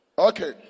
Okay